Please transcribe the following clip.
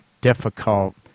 difficult